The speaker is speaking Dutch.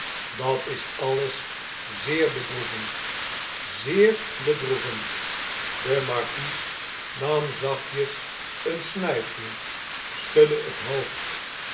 dat is alles zeer bedroevend zeer bedroevend de markies nam zachtjes een snuifje schudde het hoofd